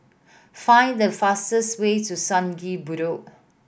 find the fastest way to Sungei Bedok